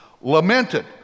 lamented